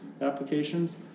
applications